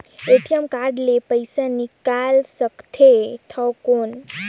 ATM card ले पइसा निकाल सकथे थव कौन?